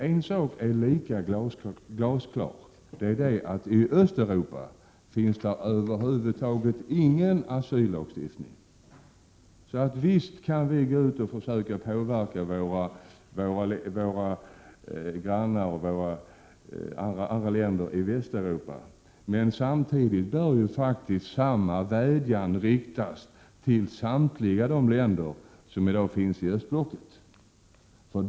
En sak är emellertid absolut glasklar, nämligen att det i Östeuropa över huvud taget inte finns någon asyllagstiftning. Visst kan vi gå ut och försöka påverka våra grannar och andra länder i Västeuropa, men samtidigt bör naturligtvis samma vädjan riktas till samtliga de länder som i dag ingår i östblocket.